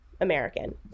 American